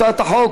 הצעת החוק